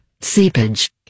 Seepage